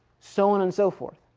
so on and so forth.